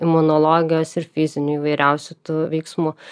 imunologijos ir fizinių įvairiausių tų veiksmų